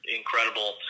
incredible